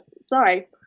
sorry